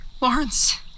Lawrence